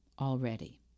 already